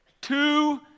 Two